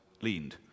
leaned